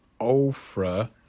Ophrah